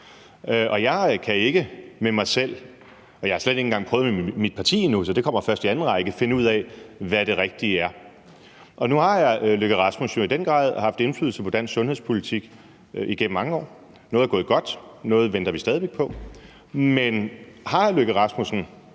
i anden række – finde ud af, hvad det rigtige er. Nu har hr. Lars Løkke Rasmussen jo i den grad haft indflydelse på dansk sundhedspolitik igennem mange år. Noget er gået godt, noget venter vi stadig væk på. Men har hr. Lars Løkke Rasmussen